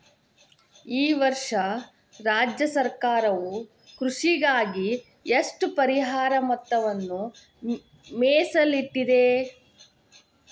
ಈ ವರ್ಷ ರಾಜ್ಯ ಸರ್ಕಾರವು ಕೃಷಿಗಾಗಿ ಎಷ್ಟು ಪರಿಹಾರ ಮೊತ್ತವನ್ನು ಮೇಸಲಿಟ್ಟಿದೆ?